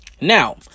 now